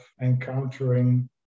encountering